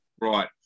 right